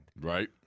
Right